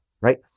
right